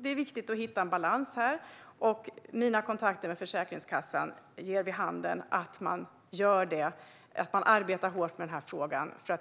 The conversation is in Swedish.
Det är viktigt att hitta en balans, och mina kontakter med Försäkringskassan ger vid handen att man arbetar hårt med detta för